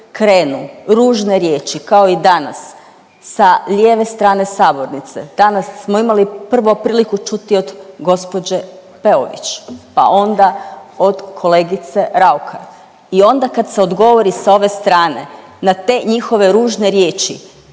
krenu ružne riječi kao i danas sa lijeve strane sabornice, danas smo imali prvo priliku čuti od gđe. Peović, pa onda od kolegice Raukar i onda kad se odgovori sa ove strane na te njihove ružne riječi,